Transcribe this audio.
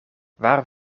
waar